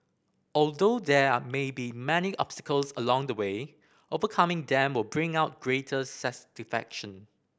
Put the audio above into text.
although there are may be many obstacles along the way overcoming them will bring out greater